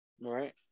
right